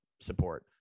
support